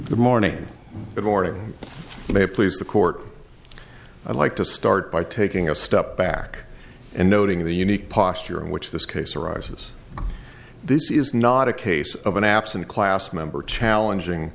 the morning of morning may please the court i'd like to start by taking a step back and noting the unique posture in which this case arises this is not a case of an absent class member challenging